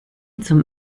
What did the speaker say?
zum